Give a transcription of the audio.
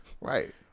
Right